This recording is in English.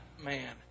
man